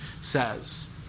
says